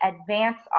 advance